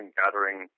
gathering